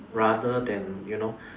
rather than you know